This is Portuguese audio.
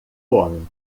homem